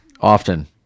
Often